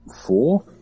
four